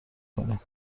کنیم